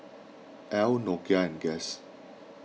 Elle Nokia and Guess